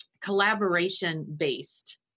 collaboration-based